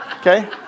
Okay